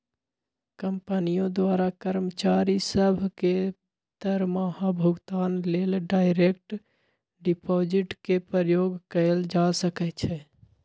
कंपनियों द्वारा कर्मचारि सभ के दरमाहा भुगतान लेल डायरेक्ट डिपाजिट के प्रयोग कएल जा सकै छै